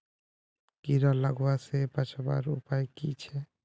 कीड़ा लगवा से बचवार उपाय की छे?